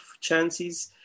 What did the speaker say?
chances